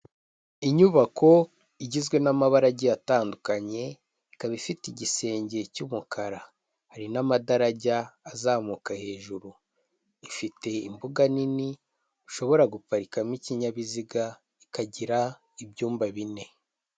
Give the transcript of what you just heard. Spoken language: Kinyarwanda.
Inyubako igizwe n'amabara agiye atandukanye, ikaba ifite igisenge cy'umukara, hari n'amadarajya azamuka hejuru, ifite imbuga nini ushobora guparikamo ikinyabiziga, ikagira ibyumba bine.